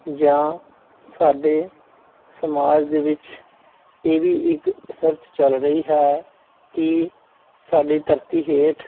ਜਾਂ ਸਾਡੇ ਸਮਾਜ ਦੇ ਵਿੱਚ ਇਹ ਵੀ ਇੱਕ ਸਰਚ ਚੱਲ ਰਹੀ ਹੈ ਕੀ ਸਾਡੀ ਧਰਤੀ ਹੇਠ